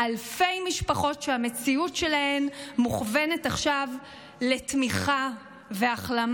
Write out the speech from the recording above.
אלפי משפחות שהמציאות שלהן מוכוונת עכשיו לתמיכה ולהחלמה.